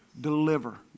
Deliver